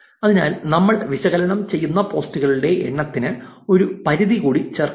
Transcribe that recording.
അതിനാൽ നമ്മൾ വിശകലനം ചെയ്യുന്ന പോസ്റ്റുകളുടെ എണ്ണത്തിന് ഒരു പരിധി കൂടി ചേർക്കാം